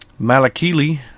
Malakili